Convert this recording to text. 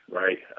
right